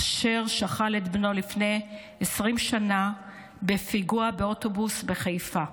אשר שכל את בנו לפני 20 שנה בפיגוע באוטובוס בחיפה.